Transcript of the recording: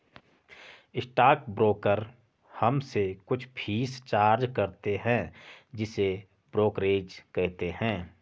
stock broker हमसे कुछ fees charge करते हैं जिसे ब्रोकरेज कहते हैं